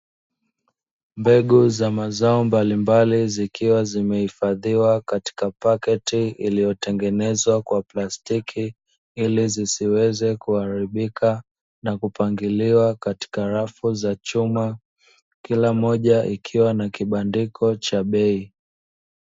Mbegu za mazao mbalimbali zikiwa zimehifadhiwa katika paketi iliyotengenezwa kwa plastiki ili zisiweze kuharibika, na kupangiliwa katika rafu za chuma, kila moja ikiwa na kibandiko cha bei.